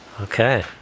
okay